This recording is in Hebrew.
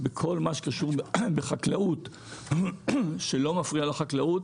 כל מה שקשור בחקלאות שלא מפריע לחקלאות,